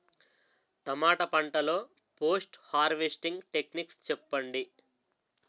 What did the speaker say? టమాటా పంట లొ post harvesting techniques చెప్పండి?